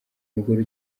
mugore